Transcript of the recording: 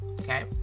Okay